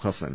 Hassan